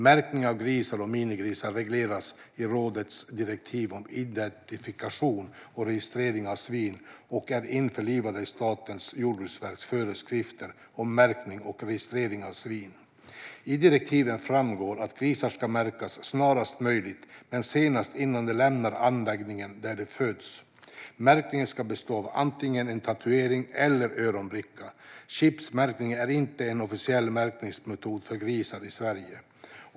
Märkning av grisar och minigrisar regleras i rådets direktiv om identifikation och registrering av svin och är införlivade i Statens jordbruksverks föreskrifter om märkning och registrering av svin. I direktivet framgår att grisar ska märkas snarast möjligt, men senast innan de lämnar anläggningen där de föddes. Märkningen ska bestå av antingen en tatuering eller en öronbricka. Chipmärkning är inte en officiell märkningsmetod för grisar i Sverige.